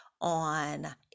on